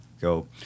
Go